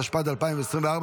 התשפ"ד 2024,